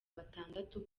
batandatu